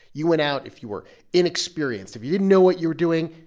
you went out if you were inexperienced, if you didn't know what you were doing.